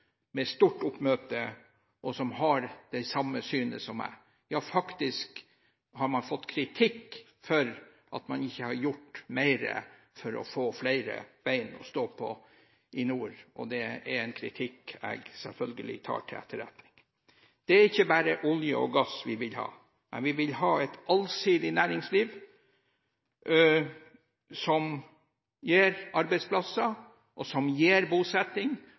med stort oppmøte, som har det samme synet som meg. Ja, jeg har faktisk fått kritikk for at jeg ikke har gjort mer for at man i nord skal få flere bein å stå på, og det er en kritikk jeg selvfølgelig tar til etterretning. Det er ikke bare olje og gass vi vil ha. Vi vil ha et allsidig næringsliv som gir arbeidsplasser, bosetting og